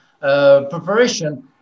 preparation